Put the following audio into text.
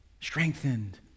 strengthened